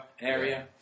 area